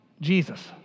jesus